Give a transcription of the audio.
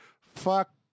Fuck